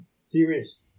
serious